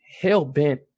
hell-bent